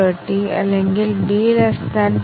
നമുക്ക് ശക്തമായ white box testing നോക്കാം